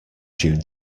june